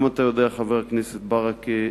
אתה יודע, חבר הכנסת ברכה,